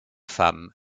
femmes